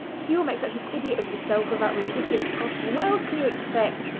if you will make such an idiot of yourself with that ridiculous costume what else can you expect?